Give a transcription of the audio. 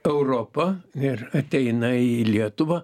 europą ir ateina į lietuvą